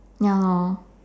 ya lor